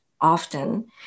often